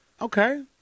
Okay